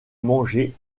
manger